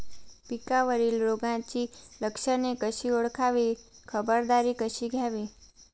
पिकावरील रोगाची लक्षणे कशी ओळखावी, खबरदारी कशी घ्यावी?